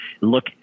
look